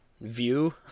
view